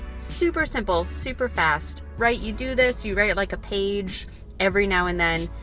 super simple, super fast, right? you do this. you write, like, a page every now and then.